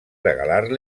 regalar